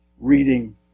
reading